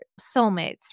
soulmates